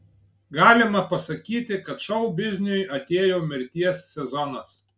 galima pasakyti kad šou bizniui atėjo mirties sezonas